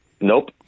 Nope